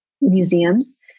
museums